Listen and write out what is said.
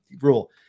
rule